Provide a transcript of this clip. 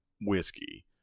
whiskey